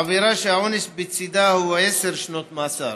עבירה שהעונש בצידה הוא עשר שנות מאסר.